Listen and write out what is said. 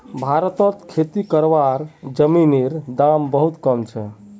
भारतत खेती करवार जमीनेर दाम बहुत कम छे